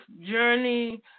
journey